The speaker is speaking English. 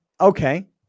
okay